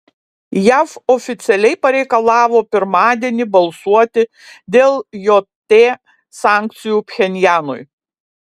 jav oficialiai pareikalavo pirmadienį balsuoti dėl jt sankcijų pchenjanui